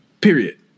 Period